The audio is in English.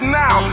now